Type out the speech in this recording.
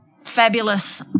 fabulous